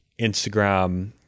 Instagram